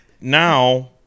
now